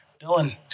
Dylan